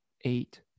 eight